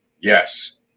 Yes